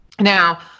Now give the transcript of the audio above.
Now